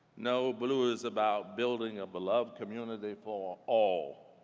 no. bluu is about building a beloved community for all.